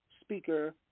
speaker